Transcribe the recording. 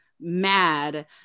mad